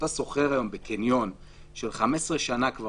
כשאתה שוכר בקניון כבר 15 שנים,